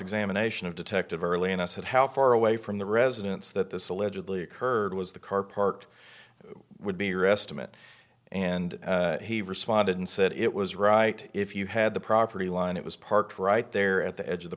examination of detective early on i said how far away from the residence that this allegedly occurred was the car parked would be your estimate and he responded and said it was right if you had the property line it was parked right there at the edge of the